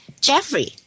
Jeffrey